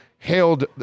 hailed